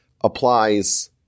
applies